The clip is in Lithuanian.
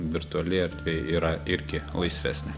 virtuali erdvė yra irgi laisvesnė